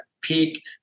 peak